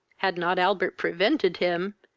had not albert prevented him,